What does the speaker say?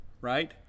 right